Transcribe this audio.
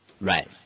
Right